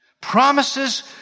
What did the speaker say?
Promises